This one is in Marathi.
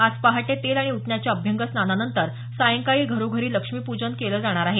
आज पहाटे तेल आणि उटण्याच्या अभ्यंगस्नानानंतर सायंकाळी घरोघरी लक्ष्मीपूजन केलं जाणार आहे